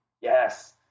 Yes